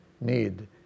need